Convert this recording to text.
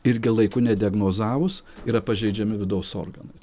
irgi laiku nediagnozavus yra pažeidžiami vidaus organai